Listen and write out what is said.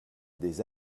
des